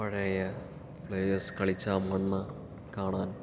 പഴയ പ്ലെയേഴ്സ് കളിച്ച ആ മണ്ണ് കാണാൻ